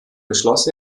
beschloss